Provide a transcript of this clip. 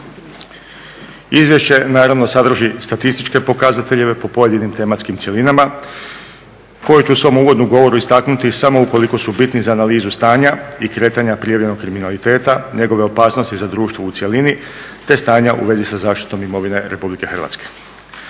Izvješće naravno sadrži statističke pokazatelje po pojedinim tematskim cjelinama koje ću u svom uvodnom govoru istaknuti samo ukoliko su bitni za analizu stanja i kretanja prijavljenog kriminaliteta, njegove opasnosti za društvo u cjelini te stanja u vezi sa zaštitom imovine Republike Hrvatske.